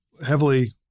heavily